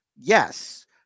yes